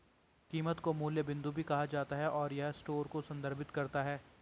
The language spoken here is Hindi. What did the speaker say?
कीमत को मूल्य बिंदु भी कहा जाता है, और यह स्टोर को संदर्भित करता है